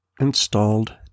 installed